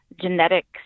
genetics